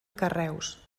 carreus